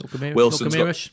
Wilson